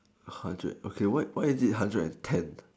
hundred okay what why is it hundred and ten